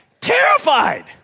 Terrified